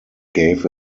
gave